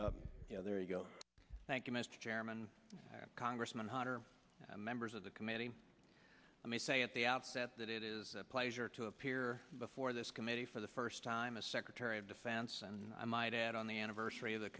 mike there you go thank you mr chairman congressman hunter members of the committee let me say at the outset that it is a pleasure to appear before this committee for the first time as secretary of defense and i might add on the anniversary of the